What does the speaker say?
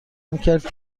میکرد